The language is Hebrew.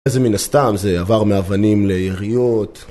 אחרי זה מן הסתם, זה עבר מאבנים ליריות...